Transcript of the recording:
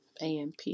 AMP